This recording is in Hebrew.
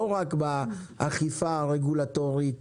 לא רק באכיפה הרגולטורית